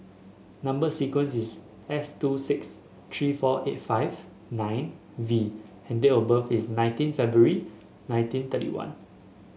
number sequence is S two six three four eight five nine V and date of birth is nineteen February nineteen thirty one